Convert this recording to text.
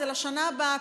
זה לשנה הבאה,